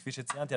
כפי שציינתי,